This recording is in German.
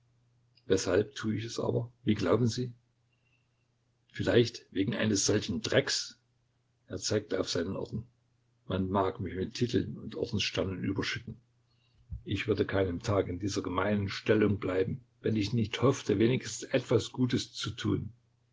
weshalb tue ich es aber wie glauben sie vielleicht wegen eines solchen drecks er zeigte auf seinen orden man mag mich mit titeln und ordenssternen überschütten ich würde keinen tag in dieser gemeinen stellung bleiben wenn ich nicht hoffte wenigstens etwas gutes zu tun